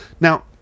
Now